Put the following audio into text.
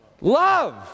Love